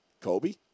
Kobe